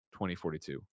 2042